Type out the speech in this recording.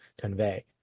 convey